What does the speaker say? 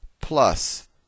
plus